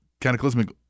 Cataclysmic